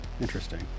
interesting